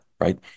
right